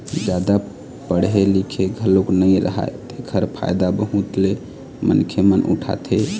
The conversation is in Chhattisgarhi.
जादा पड़हे लिखे घलोक नइ राहय तेखर फायदा बहुत ले मनखे मन उठाथे